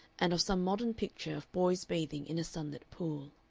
and of some modern picture of boys bathing in a sunlit pool.